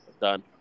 done